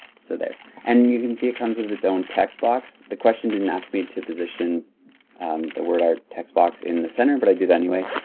so there. and you can see it comes with it's own text box. the question didn't ask me to position um the wordart text box in the center, but i do that anyway.